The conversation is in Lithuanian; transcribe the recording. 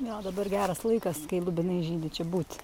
gal dabar geras laikas kai lubinai žydi čia būt